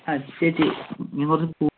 ആ ചേച്ചി കുറച്ച് പൂവ്